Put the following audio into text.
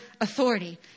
authority